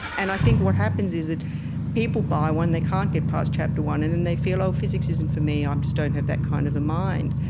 and i think what happens is that people buy one, they can't get past chapter one, and then they feel, oh, physics isn't for me. i um just don't have that kind of a mind.